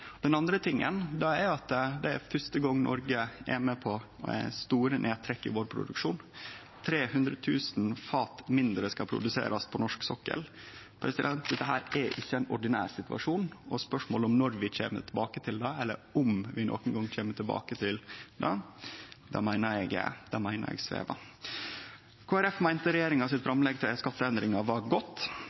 Den andre tingen er at det er første gong Noreg er med på store nedtrekk i vår produksjon. Det skal produserast 300 000 færre fat på norsk sokkel. Dette er ikkje ein ordinær situasjon, og spørsmålet om når vi kjem tilbake her, eller om vi nokon gang kjem tilbake, meiner eg svever. Kristeleg Folkeparti meinte regjeringa sitt framlegg til skatteendringar var godt.